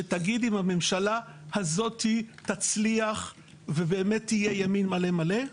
שתגיד אם הממשלה הזאת תצליח ובאמת תהיה ימין מלא מלא,